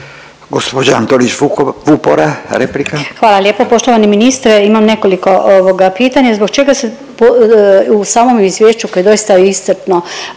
**Antolić Vupora, Barbara (SDP)** Hvala lijepo. Poštovani ministre, imam nekoliko ovoga pitanja, zbog čega se u samom izvješću koje je doista iscrpno